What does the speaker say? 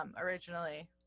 originally